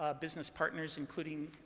ah business partners, including